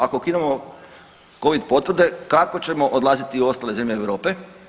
Ako ukinemo covid potvrde kako ćemo odlaziti u ostale zemlje Europe?